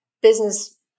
business